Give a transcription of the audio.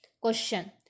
Question